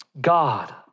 God